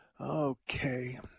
Okay